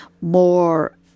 more